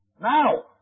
Now